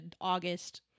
August